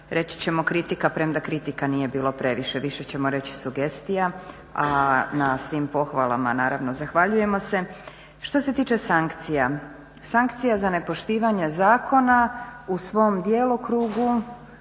reći ćemo kritika, premda kritika nije bilo previše, više ćemo reći sugestija, a na svim pohvalama naravno zahvaljujemo se. Što se tiče sankcija, sankcija za nepoštivanje zakona u svom djelokrugu,